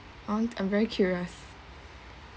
on I'm very curious